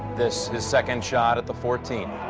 this is second shot at the fourteen.